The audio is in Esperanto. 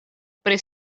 pri